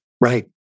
Right